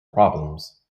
problems